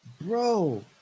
bro